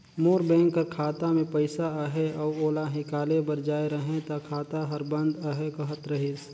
मोर bank कर खाता में पइसा अहे अउ ओला हिंकाले बर जाए रहें ता खाता हर बंद अहे कहत रहिस